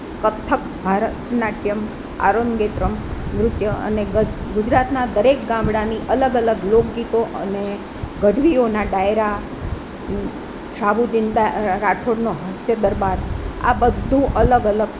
Kathak Bharatanatyam Arangetram નૃત્ય અને ગુજરાતના દરેક ગામડાંની અલગ અલગ લોકગીતો અને ગઢવીઓના ડાયરા શાહબુદ્દીન રાઠોડનો હાસ્ય દરબાર આ બધું અલગ અલગ